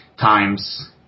times